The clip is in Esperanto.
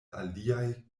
aliaj